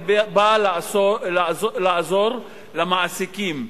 בא לעזור למעסיקים,